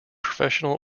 professional